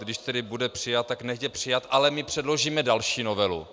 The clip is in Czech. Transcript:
Když tedy bude přijat, tak nechť je přijat, ale my předložíme další novelu.